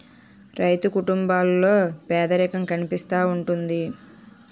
రైతు కుటుంబాల్లో పేదరికం కనిపిస్తా ఉంటది